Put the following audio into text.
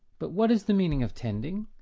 but what is the meaning of tending?